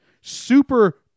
Super